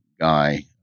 guy